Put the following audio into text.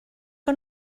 que